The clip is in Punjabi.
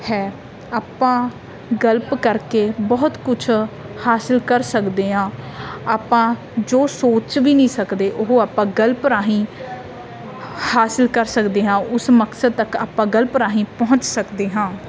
ਹੈ ਆਪਾਂ ਗਲਪ ਕਰਕੇ ਬਹੁਤ ਕੁਛ ਹਾਸਿਲ ਕਰ ਸਕਦੇ ਹਾਂ ਆਪਾਂ ਜੋ ਸੋਚ ਵੀ ਨਹੀਂ ਸਕਦੇ ਉਹ ਆਪਾਂ ਗਲਪ ਰਾਹੀਂ ਹਾਸਿਲ ਕਰ ਸਕਦੇ ਹਾਂ ਉਸ ਮਕਸਦ ਤੱਕ ਆਪਾਂ ਗਲਪ ਰਾਹੀਂ ਪਹੁੰਚ ਸਕਦੇ ਹਾਂ